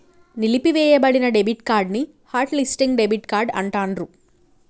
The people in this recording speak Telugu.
నిలిపివేయబడిన డెబిట్ కార్డ్ ని హాట్ లిస్టింగ్ డెబిట్ కార్డ్ అంటాండ్రు